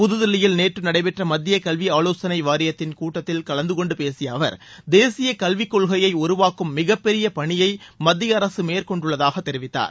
புதுதில்லியில் நேற்று நடைபெற்ற மத்திய கல்வி ஆலோசனை வாரியத்தின் கூட்டத்தில் கலந்து கொண்டு பேசிய அவர் தேசிய கல்விக் கொள்கையை உருவாக்கும் மிகப்பெரிய பனியை மத்திய அரக மேற்கொண்டுள்ளதாக தெரிவித்தார்